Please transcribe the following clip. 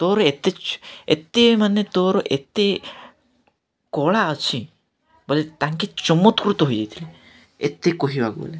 ତୋର ଏତେ ଏତେ ମାନେ ତୋର ଏତେ କଳା ଅଛି ବୋଲେ ତାଙ୍କେ ଚମତ୍କୃତ ହୋଇ ଯାଇଥିଲେ ଏତେ କହିବାକୁ ଗଲେ